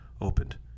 opened